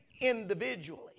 individually